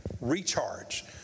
recharge